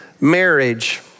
marriage